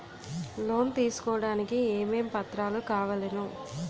Loan తీసుకోడానికి ఏమేం పత్రాలు కావలెను?